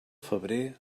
febrer